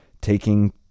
taking